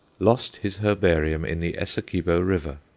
lost his herbarium in the essequibo river.